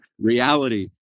reality